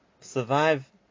survive